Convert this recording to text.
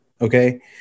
Okay